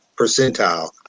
percentile